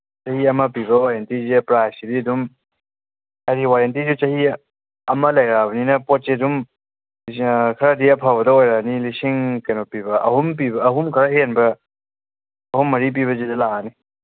ꯆꯍꯤ ꯑꯃ ꯄꯤꯕ ꯋꯔꯦꯟꯇꯤꯁꯦ ꯄ꯭ꯔꯥꯏꯁꯁꯤꯗꯤ ꯑꯗꯨꯝ ꯍꯥꯏꯕꯗꯤ ꯋꯔꯦꯟꯇꯤꯁꯦ ꯆꯍꯤ ꯑꯃ ꯂꯩꯔꯛꯑꯕꯅꯤꯅ ꯄꯣꯠꯁꯦ ꯑꯗꯨꯝ ꯈꯔꯗꯤ ꯑꯐꯕꯗ ꯑꯣꯏꯔꯅꯤ ꯂꯤꯁꯤꯡ ꯀꯩꯅꯣ ꯄꯤꯕ ꯑꯍꯨꯝ ꯄꯤꯕ ꯑꯍꯨꯝ ꯈꯔ ꯍꯦꯟꯕ ꯑꯍꯨꯝ ꯃꯔꯤ ꯄꯤꯕꯁꯤꯗ ꯂꯥꯛꯑꯅꯤ